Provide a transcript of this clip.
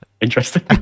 Interesting